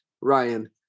Ryan